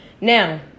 Now